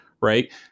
right